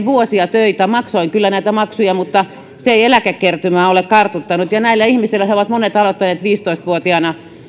vuosia töitä ja maksoin kyllä näitä maksuja mutta se ei eläkekertymää ole kartuttanut nämä ihmiset ovat monet aloittaneet viisitoista vuotiaana